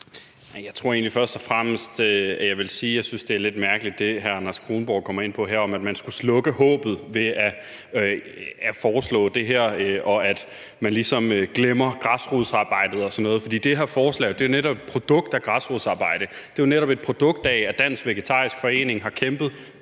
Jeg vil først og fremmest sige, at jeg synes, at det, hr. Anders Kronborg kommer ind på, nemlig at man skulle slukke håbet ved at foreslå det her, og at man ligesom glemmer græsrodsarbejdet og sådan noget, er lidt mærkeligt, for det her forslag er jo netop et produkt af græsrodsarbejdet. Det er jo netop et produkt af, at Dansk Vegetarisk Forening har kæmpet